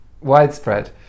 widespread